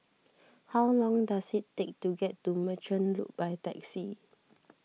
how long does it take to get to Merchant Loop by taxi